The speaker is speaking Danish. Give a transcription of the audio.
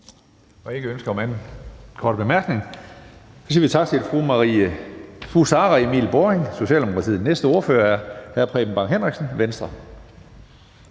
Der er ikke ønske om endnu en kort bemærkning, og så siger vi tak til fru Sara Emil Baaring, Socialdemokratiet. Næste ordfører er hr. Preben Bang Henriksen, Venstre.